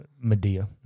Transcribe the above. Medea